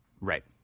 right